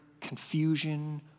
confusion